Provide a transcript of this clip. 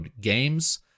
Games